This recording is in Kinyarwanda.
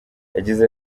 yagize